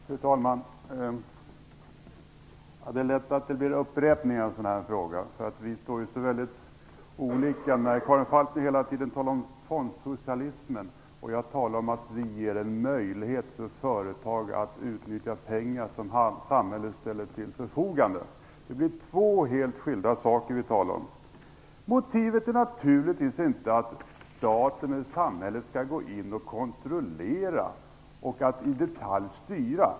Fru talman! Det är lätt att det blir upprepningar i debatten. Vi står ju så långt ifrån varandra. Karin Falkmer talar hela tiden om fondsocialismen, och jag talar om att vi ger en möjlighet för företag att utnyttja pengar som samhället ställer till förfogande. Det är två helt skilda saker vi talar om. Motivet är naturligtvis inte att staten eller samhället skall gå in och kontrollera och styra i detalj.